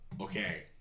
Okay